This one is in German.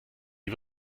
die